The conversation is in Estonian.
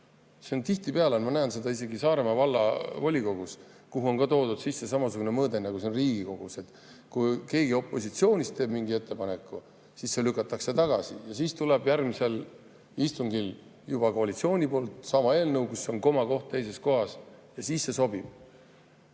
Nii on tihtipeale. Ma näen seda isegi Saaremaa Vallavolikogus, kuhu on ka toodud sisse samasugune mõõde, nagu see on Riigikogus: kui keegi opositsioonist teeb mingi ettepaneku, siis see lükatakse tagasi, aga kui tuleb järgmisel istungil koalitsioonilt sama eelnõu, milles komakoht on teises kohas, siis see sobib.